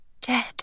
dead